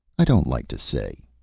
i don't like to say,